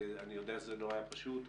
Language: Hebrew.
אני יודע שזה לא היה פשוט,